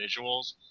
visuals